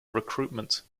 recruitment